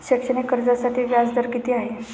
शैक्षणिक कर्जासाठी व्याज दर किती आहे?